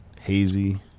Hazy